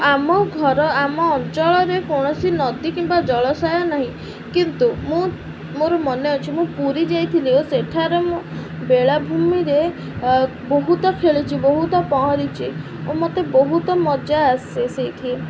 ଆମ ଘର ଆମ ଅଞ୍ଚଳରେ କୌଣସି ନଦୀ କିମ୍ବା ଜଳାଶୟ ନାହିଁ କିନ୍ତୁ ମୁଁ ମୋର ମନେ ଅଛି ମୁଁ ପୁରୀ ଯାଇଥିଲି ଓ ସେଠାରେ ମୁଁ ବେଳାଭୂମିରେ ବହୁତ ଖେଳିଛି ବହୁତ ପହଁରିଛି ଓ ମୋତେ ବହୁତ ମଜା ଆସେ ସେଇଠି